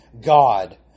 God